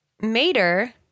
Mater